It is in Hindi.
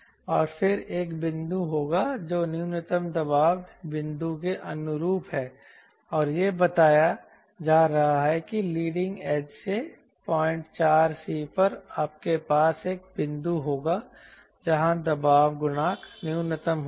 और फिर एक बिंदु होगा जो न्यूनतम दबाव बिंदु के अनुरूप है और यहां बताया जा रहा है कि लीडिंग एज से 04 c पर आपके पास एक बिंदु होगा जहां दबाव गुणांक न्यूनतम होगा